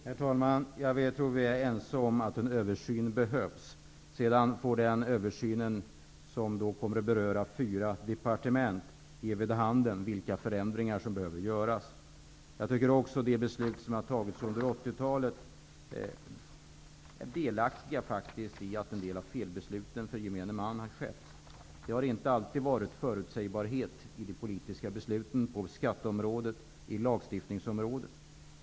Herr talman! Jag tror att vi är ense om att att en översyn behövs. Sedan får den översynen, som kommer att beröra fyra departement, ge vid handen vilka förändringar som behöver göras. Jag tycker också att de som har fattat beslut under 80-talet faktiskt är delaktiga i att en del av felbesluten har drabbat gemene man. Det har inte alltid varit förutsägbarhet i de politiska besluten på skatteområdet och lagstiftningsområdet.